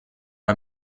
are